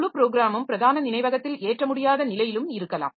முழு ப்ரோக்ராமும் பிரதான நினைவகத்தில் ஏற்ற முடியாத நிலையிலும் இருக்கலாம்